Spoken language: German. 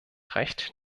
recht